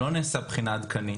לא נעשתה בחינה עדכנית.